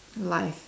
life